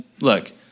look